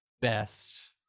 best